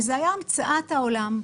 זו הייתה המצאת העולם,